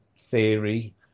theory